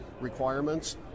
requirements